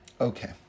Okay